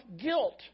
guilt